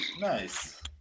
Nice